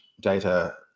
data